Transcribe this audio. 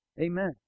Amen